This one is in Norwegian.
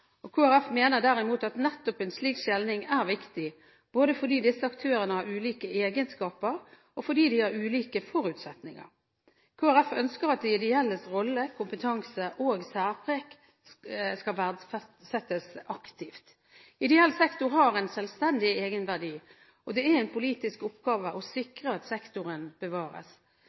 Kristelig Folkeparti mener derimot at nettopp en slik skjelning er viktig både fordi disse aktørene har ulike egenskaper, og fordi de har ulike forutsetninger. Kristelig Folkeparti ønsker at de ideelles rolle, kompetanse og særpreg skal verdsettes aktivt. Ideell sektor har en selvstendig egenverdi, og det er en politisk oppgave å sikre at sektoren bevares.